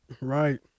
Right